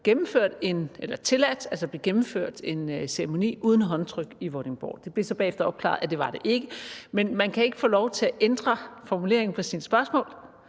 tilladt, at der blev gennemført en ceremoni uden håndtryk i Vordingborg. Det blev så bagefter opklaret, at det var det ikke. Men man kan ikke få lov til at ændre formuleringen på sine spørgsmål,